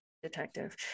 detective